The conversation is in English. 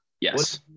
yes